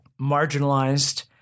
marginalized